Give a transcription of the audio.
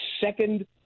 second